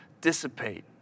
dissipate